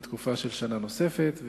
לתקופה של שנה נוספת,